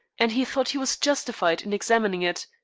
and he thought he was justified in examining it.